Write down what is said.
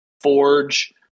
Forge